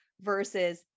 versus